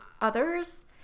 others